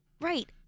Right